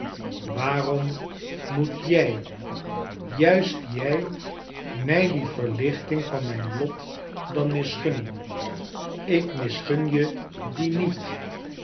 waarom moet jij juist jij mij die verlichting van mijn lot dan misgunnen ik misgun je die niet